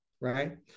right